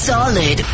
Solid